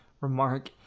remark